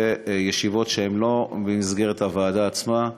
ישיבות שלא היו במסגרת הוועדה עצמה,